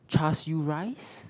Char-Siew rice